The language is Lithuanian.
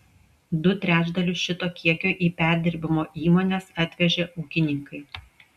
du trečdalius šito kiekio į perdirbimo įmones atvežė ūkininkai